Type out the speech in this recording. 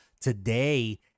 today